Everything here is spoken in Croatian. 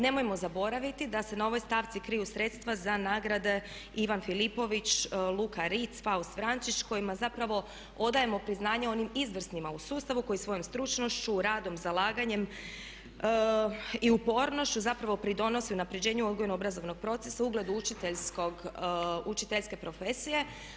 Nemojmo zaboraviti da se na ovoj stavci kriju sredstva za nagrade Ivan Filipović, Luka Ritz, Faust Vrančić kojima zapravo odajemo priznanje onim izvrsnima u sustavu koji svojom stručnošću, radom, zalaganjem i upornošću zapravo pridonose unapređenju odgojno-obrazovnog procesa, ugledu učiteljske profesije.